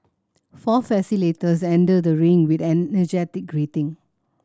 four facilitators enter the ring with an energetic greeting